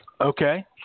Okay